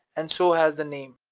and so has the name.